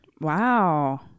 wow